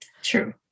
true